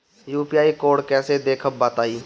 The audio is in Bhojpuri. यू.पी.आई कोड कैसे देखब बताई?